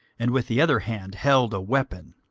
and with the other hand held a weapon.